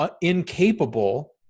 incapable